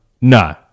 No